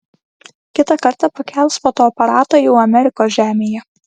kitą kartą pakels fotoaparatą jau amerikos žemėje